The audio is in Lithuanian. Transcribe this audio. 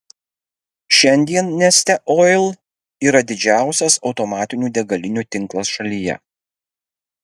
šiandien neste oil yra didžiausias automatinių degalinių tinklas šalyje